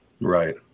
right